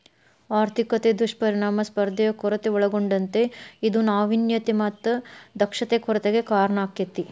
ಆರ್ಥಿಕತೆ ದುಷ್ಪರಿಣಾಮ ಸ್ಪರ್ಧೆಯ ಕೊರತೆ ಒಳಗೊಂಡತೇ ಇದು ನಾವಿನ್ಯತೆ ಮತ್ತ ದಕ್ಷತೆ ಕೊರತೆಗೆ ಕಾರಣಾಕ್ಕೆತಿ